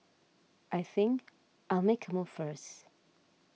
I think I'll make a move first